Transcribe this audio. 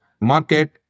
market